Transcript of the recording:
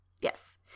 yes